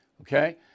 okay